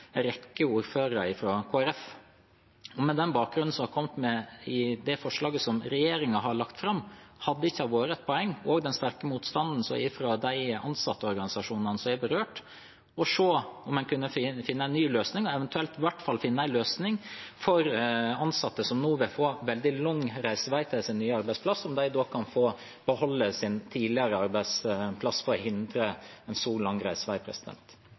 rekke ordførere fra Kristelig Folkeparti. På bakgrunn av dette opp mot det forslaget som regjeringen har lagt fram, og den sterke motstanden fra de ansattorganisasjonene som er berørt, hadde det ikke vært et poeng å se om en kunne finne en ny løsning, eventuelt i hvert fall finne en løsning for ansatte som nå vil få veldig lang reisevei til sin nye arbeidsplass – om de kan få beholde sin tidligere arbeidsplass for å hindre en så lang reisevei?